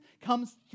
comes